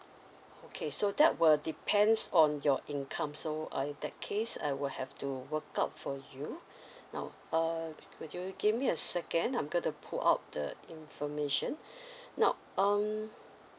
okay so that will depends on your income so uh that case I will have to work out for you now uh could you give me a second I'm going to pull out the information now um